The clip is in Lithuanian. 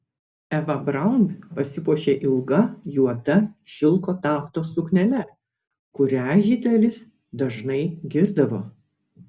eva braun pasipuošė ilga juodo šilko taftos suknele kurią hitleris dažnai girdavo